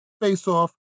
face-off